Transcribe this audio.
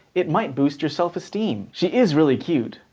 it might boost your self-esteem. she is really cute,